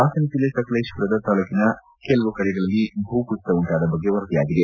ಹಾಸನ ಜಿಲ್ಲೆ ಸಕಲೇಶಪುರದ ತಾಲೂಕಿನ ಕೆಲವು ಕಡೆಗಳಲ್ಲಿ ಭೂ ಕುಸಿತ ಉಂಟಾದ ಬಗ್ಗೆ ವರದಿಯಾಗಿದೆ